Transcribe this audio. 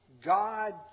God